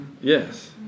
yes